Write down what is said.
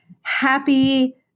happy